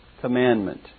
commandment